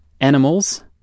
Animals